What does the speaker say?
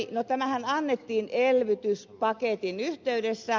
no tämähän annettiin elvytyspaketin yhteydessä